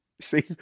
See